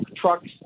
trucks